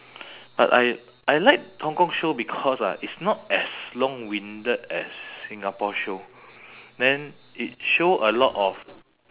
but I I like hong kong show because ah it's not as long-winded as singapore show then it show a lot of